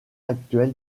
actuel